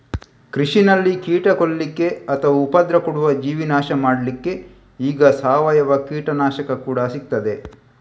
ಕೃಷಿನಲ್ಲಿ ಕೀಟ ಕೊಲ್ಲಿಕ್ಕೆ ಅಥವಾ ಉಪದ್ರ ಕೊಡುವ ಜೀವಿ ನಾಶ ಮಾಡ್ಲಿಕ್ಕೆ ಈಗ ಸಾವಯವ ಕೀಟನಾಶಕ ಕೂಡಾ ಸಿಗ್ತದೆ